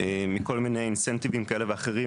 מכל מיני אינסטיבים כאלה ואחרים,